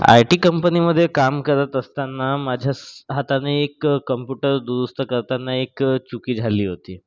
I T कंपनीमध्ये काम करत असताना माझ्याच हाताने एक कम्प्युटर दुरुस्त करताना एक चुकी झाली होती